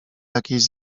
jakieś